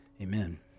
Amen